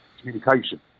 communication